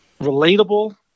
relatable